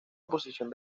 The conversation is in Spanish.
posición